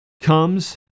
comes